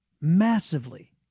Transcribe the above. Massively